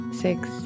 six